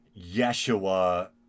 Yeshua